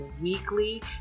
weekly